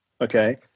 Okay